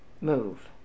move